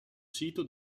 sito